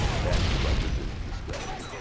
patten grunted his disgust.